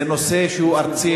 זה נושא שהוא ארצי,